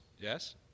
yes